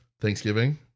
Thanksgiving